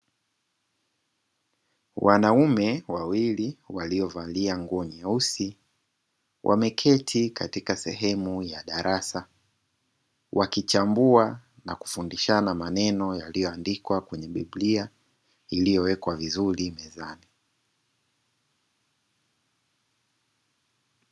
Wanaume wawili waliovalia nguo nyeusi wameketi katika sehemu ya darasa, wakichambua na kufundishana maneno yaliyoandikwa kwenye biblia iliyowekwa vizuri mezani.